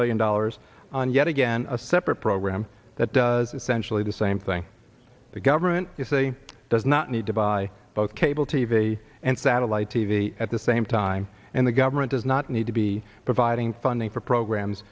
million dollars and yet again a separate program that does essentially the same thing the government is a does not need to buy both cable t v and satellite t v at the same time and the government does not need to be providing funding for programs